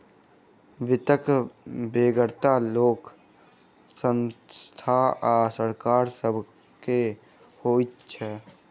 वित्तक बेगरता लोक, संस्था आ सरकार सभ के होइत छै